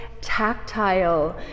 tactile